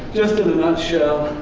just in a nutshell.